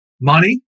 money